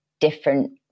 different